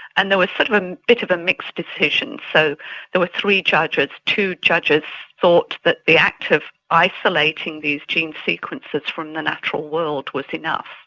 and there was sort of a bit of a mixed decision. so there were three judges, and two judges thought that the act of isolating these gene sequences from the natural world was enough.